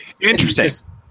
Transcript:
interesting